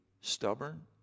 stubborn